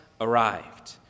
arrived